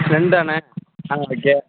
ரெண்டாண்ணே ஆ ஓகே